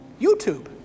YouTube